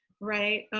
right.